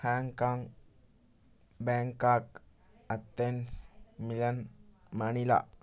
Hong Kong Bangkok Athens Milan Manila